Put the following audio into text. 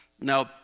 now